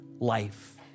life